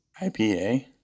IPA